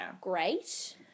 great